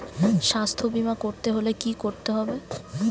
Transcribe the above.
স্বাস্থ্যবীমা করতে হলে কি করতে হবে?